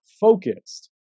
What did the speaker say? focused